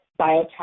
biotech